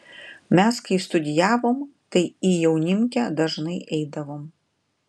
mes kai studijavom tai į jaunimkę dažnai eidavom